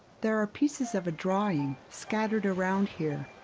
there are pieces of a drawing scattered around here.